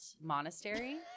monastery